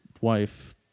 wife